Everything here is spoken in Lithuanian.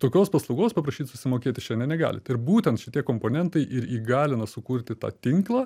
tokios paslaugos paprašyt susimokėti šiandien negalit ir būtent šitie komponentai ir įgalina sukurti tą tinklą